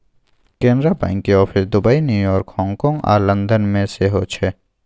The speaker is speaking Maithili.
कैनरा बैंकक आफिस दुबई, न्यूयार्क, हाँगकाँग आ लंदन मे सेहो छै